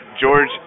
George